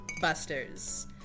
busters